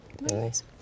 Nice